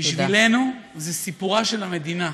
בשבילנו זה סיפורה של המדינה.